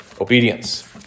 obedience